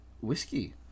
whiskey